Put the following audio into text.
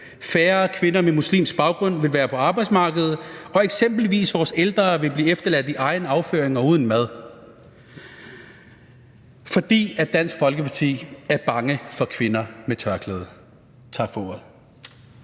Færre kvinder med muslimsk baggrund vil være på arbejdsmarkedet, og eksempelvis vil vores ældre blive efterladt i egen afføring og uden mad, fordi Dansk Folkeparti er bange for kvinder med tørklæde. Tak for ordet.